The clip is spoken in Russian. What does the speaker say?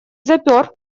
запер